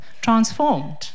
transformed